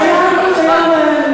אנחנו לא הצבענו.